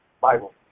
Bible